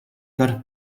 got